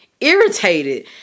irritated